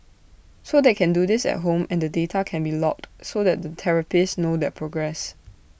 so they can do this at home and the data can be logged so that the therapist knows their progress